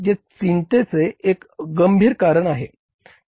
जे चिंतेचे एक गंभीर कारण आहे